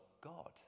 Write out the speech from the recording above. God